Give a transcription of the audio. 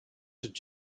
did